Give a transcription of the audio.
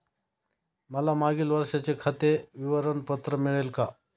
मला मागील वर्षाचे खाते विवरण पत्र मिळेल का?